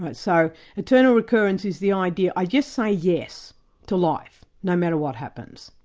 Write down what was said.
but so eternal recurrence is the idea, i just say yes to life, no matter what happens.